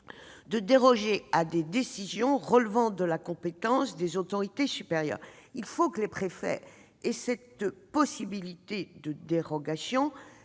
de déroger à des décisions relevant de la compétence des autorités supérieures »: il faut que les préfets aient cette possibilité de dérogation.